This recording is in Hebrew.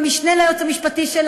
עם המשנה ליועץ המשפטי של